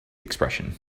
expression